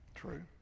True